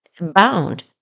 bound